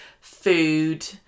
food